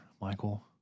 Michael